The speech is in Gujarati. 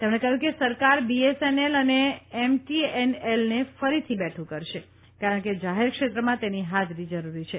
તેમણે કહ્યું કે સરકાર બીએસએનએલ અને એમટીએનએલને ફરીથી બેઠું કરશે કારણ કે જાહેરક્ષેત્રમાં તેની હાજરી જરૂરી છે